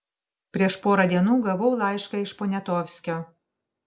prieš porą dienų gavau laišką iš poniatovskio